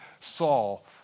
Saul